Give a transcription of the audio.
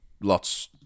lots